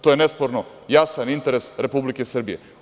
To je nesporno jasan interes Republike Srbije.